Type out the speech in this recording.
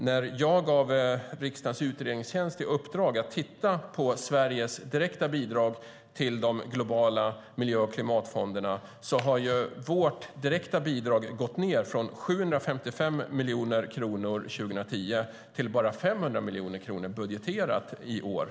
När jag gav riksdagens utredningstjänst i uppdrag att titta på Sveriges direkta bidrag till de globala miljö och klimatfonderna visade det sig att vårt direkta bidrag gått ned från 755 miljoner kronor år 2010 till endast 500 miljoner kronor, budgeterat, i år.